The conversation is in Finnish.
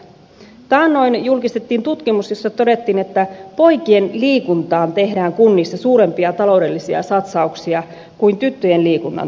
taannoin julkistettiin tutkimus jossa todettiin että poikien liikuntaan tehdään kunnissa suurempia taloudellisia satsauksia kuin tyttöjen liikunnan tukemiseksi